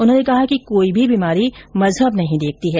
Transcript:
उन्होंने कहा कि कोई भी बीमारी मजहब नहीं देखती है